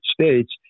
States